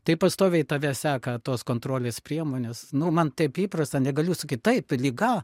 tai pastoviai tave seka tos kontrolės priemonės nu man taip įprasta negaliu sakyt taip liga